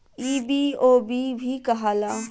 ई बी.ओ.बी भी कहाला